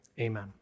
Amen